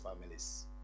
families